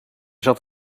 zat